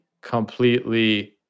completely